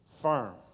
firm